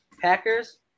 Packers